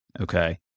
Okay